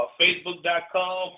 facebook.com